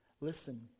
Listen